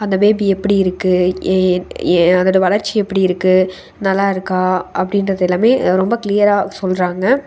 அந்த பேபி எப்படி இருக்குது ஏன் ஏ அதோடய வளர்ச்சி எப்படி இருக்குது நல்லாயிருக்கா அப்படின்றதெல்லாமே ரொம்ப க்ளியராக சொல்கிறாங்க